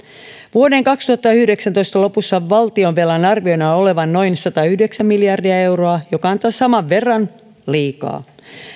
vuoden kaksituhattayhdeksäntoista lopussa valtionvelan arvioidaan olevan noin satayhdeksän miljardia euroa joka on saman verran liikaa